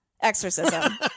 exorcism